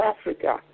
Africa